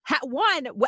one